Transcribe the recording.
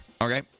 Okay